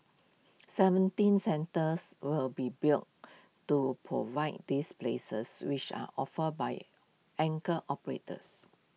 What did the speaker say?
seventeen centres will be built to provide these places which are offered by anchor operators